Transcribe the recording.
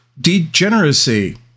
Degeneracy